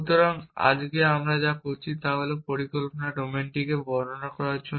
সুতরাং আমরা আজ যা করেছি তা হল পরিকল্পনার ডোমেনগুলিকে বর্ণনা করার জন্য